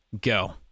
Go